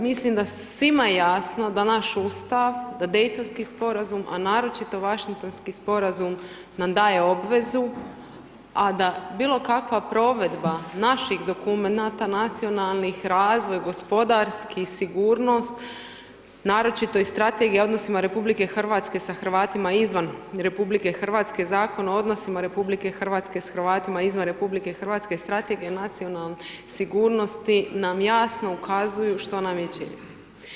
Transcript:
Mislim da svima je jasno da naš Ustav, da Daytonski sporazum a naročito Washingtonski sporazum nam daje obvezu a da bilokakva provedba naših dokumenata nacionalnih, razvoja gospodarski, sigurnost, naročito i strategija o odnosima RH sa Hrvatima izvan RH, Zakon o odnosima RH s Hrvatima izvan RH, Strategija nacionalne sigurnosti nam jasno ukazuju što nam je činiti.